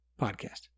podcast